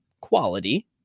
quality